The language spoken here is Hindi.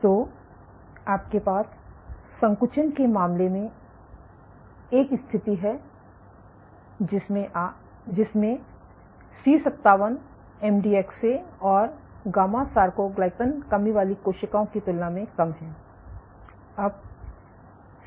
तो आपके पास संकुचन के मामले में एक स्थिति है जिसमें सी57 एमडीएक्स से और गामा सार्कोग्लाइकन कमी वाली कोशिकाओं की तुलना में कम है